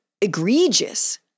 egregious